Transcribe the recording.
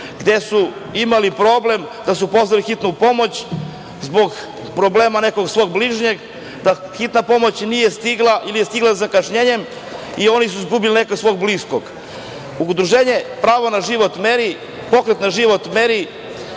gde su imali problem da su pozvali hitnu pomoć zbog problema nekog svog bližnjeg, a hitna pomoć nije stigla ili je stigla sa zakašnjenjem i oni su izgubili nekog svog bliskog. Udruženje "Pravo na život - Meri" je podnelo